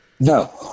No